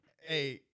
hey